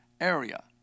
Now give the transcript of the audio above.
area